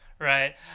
right